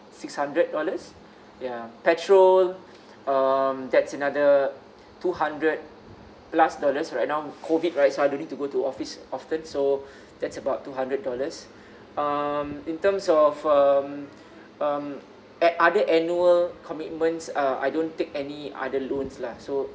six hundred dollars yeah petrol um that's another two hundred plus the rest right now COVID right so I need to go to office often so that's about two hundred dollars um in terms of um um add other annual commitments uh I don't take any other loans lah so